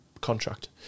contract